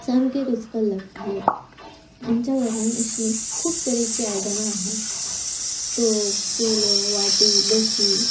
सामकें रुचकल लागताले आमच्या घरान अशीं खूब तरेचीं आयदनां आहात तोप पेलो वाटटी बशी